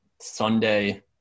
Sunday